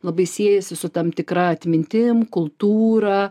labai siejasi su tam tikra atmintim kultūra